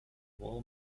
wall